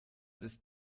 ist